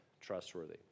trustworthy